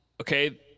okay